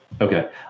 Okay